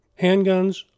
handguns